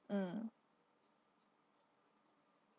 mm